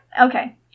okay